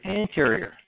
anterior